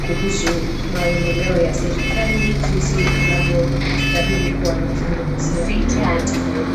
kuhusu maendeleo ya serikali jinsi anavyostahili kuwa anazungumzia kwa wakati huo.